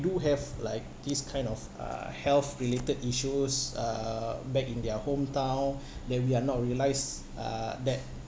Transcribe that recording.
do have like these kind of uh health related issues uh back in their hometown that we are not realised uh that